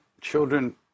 children